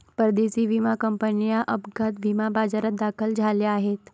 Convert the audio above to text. परदेशी विमा कंपन्या अपघात विमा बाजारात दाखल झाल्या आहेत